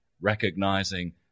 recognizing